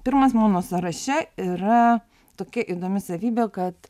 pirmas mano sąraše yra tokia įdomi savybė kad